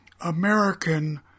American